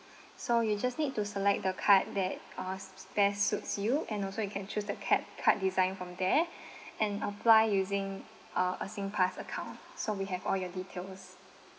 so you just need to select the card that uh best suits you and also you can choose the cap card design from there and apply using uh a singpass account so we have all your details